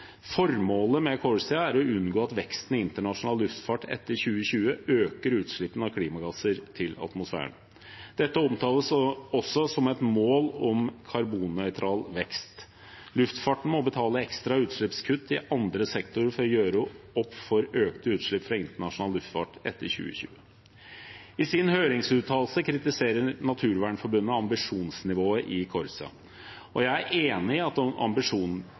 Formålet med CORSIA er å unngå at veksten i internasjonal luftfart etter 2020 øker utslippene av klimagasser til atmosfæren. Dette omtales også som et mål om karbonnøytral vekst. Luftfarten må betale for ekstra utslippskutt i andre sektorer for å gjøre opp for økte utslipp fra internasjonal luftfart etter 2020. I sin høringsuttalelse kritiserer Naturvernforbundet ambisjonsnivået i CORSIA, og jeg er enig i at